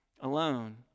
alone